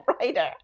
writer